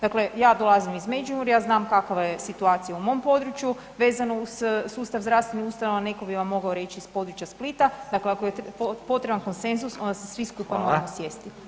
Dakle, ja dolazim iz Međimurja znam kakva je situacija u mom području vezano uz sustav zdravstvenih ustanova, neko bi vam mogao riječi s područja Splita, dakle ako je potreban konsenzus onda se svi skupa moramo sjesti.